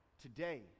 today